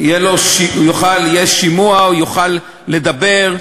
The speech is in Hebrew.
יהיה שימוע, הוא יוכל לדבר.